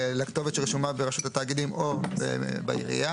הכתובת שרשומה ברשות התאגידים או בעירייה.